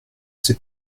sais